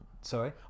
Sorry